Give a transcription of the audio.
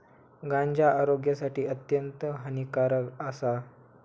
गांजा आरोग्यासाठी अत्यंत हानिकारक आसा